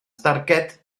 darged